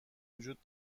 وجود